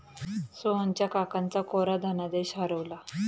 सोहनच्या काकांचा कोरा धनादेश हरवला